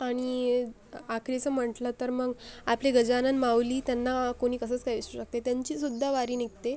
आणि आखरीचं म्हटलं तर मग आपली गजानन माऊली त्यांना कोणी कसं काय विसरू शकते त्यांचीसुद्धा वारी निघते